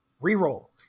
re-roll